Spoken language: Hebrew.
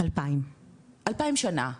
2,000. 2,000 שנה.